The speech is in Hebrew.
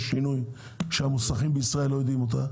שינוי והמוסכים בישראל לא מכירים את זה?